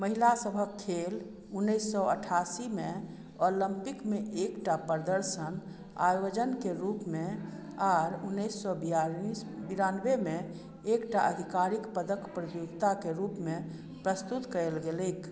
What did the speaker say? महिलासभक खेल उन्नैस सए अठासीमे ओलम्पिकमे एकटा प्रदर्शन आयोजनके रूपमे आओर उन्नैस सए बियालिस बिरानबेमे एकटा आधिकारिक पदक प्रतियोगिताके रूपमे प्रस्तुत कयल गेलैक